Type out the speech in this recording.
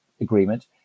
agreement